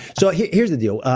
so yeah here's the deal.